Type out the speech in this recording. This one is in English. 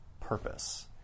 purpose